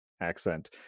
accent